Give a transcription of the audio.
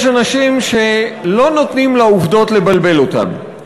יש אנשים שלא נותנים לעובדות לבלבל אותם.